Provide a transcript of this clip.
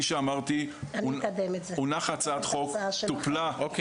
אני אקדם את זה, את ההצעה שלכם.